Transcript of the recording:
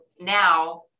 now